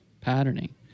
patterning